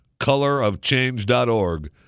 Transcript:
colorofchange.org